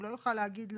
הוא לא יוכל להגיד,